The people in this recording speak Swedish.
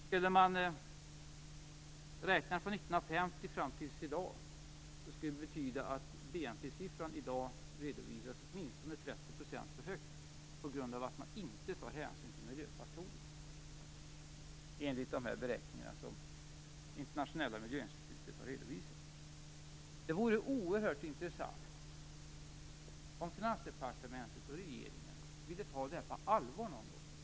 Skulle man räkna från 1950 och fram till i dag skulle det betyda att BNP-siffran i dag redovisas åtminstone 30 % för högt på grund av att man inte tar hänsyn till miljöfaktorerna, enligt de beräkningar som det internationella miljöinstitutet har redovisat. Det vore oerhört intressant om Finansdepartementet och regeringen ville ta det här på allvar någon gång.